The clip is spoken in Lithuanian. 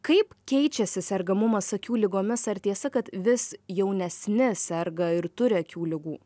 kaip keičiasi sergamumas akių ligomis ar tiesa kad vis jaunesni serga ir turi akių ligų